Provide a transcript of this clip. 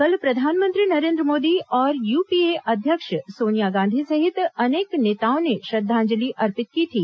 कल प्रधानमंत्री नरेन्द्र मोदी और यूपीए अध्यक्ष सोनिया गांधी सहित अनेक नेताओं ने श्रद्वांजलि अर्पित की थी